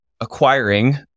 acquiring